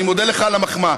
אני מודה לך על המחמאה,